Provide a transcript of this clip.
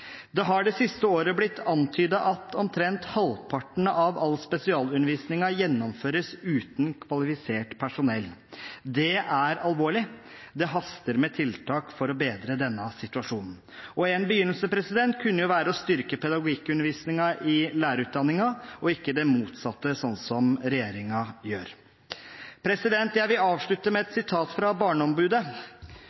Det har det siste året blitt antydet at omtrent halvparten av all spesialundervisningen gjennomføres uten kvalifisert personell. Det er alvorlig. Det haster med tiltak for å bedre denne situasjonen. En begynnelse kunne jo være å styrke pedagogikkundervisningen i lærerutdanningen, og ikke det motsatte, som regjeringen gjør. Jeg vil avslutte med et